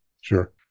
Sure